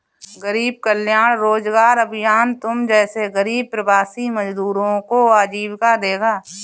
गरीब कल्याण रोजगार अभियान तुम जैसे गरीब प्रवासी मजदूरों को आजीविका देगा